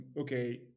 okay